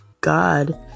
god